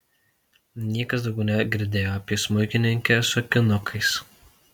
niekas daugiau negirdėjo apie smuikininkę su akinukais